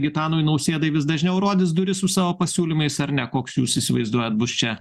gitanui nausėdai vis dažniau rodys duris su savo pasiūlymais ar ne koks jūs įsivaizduojat bus čia